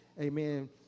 Amen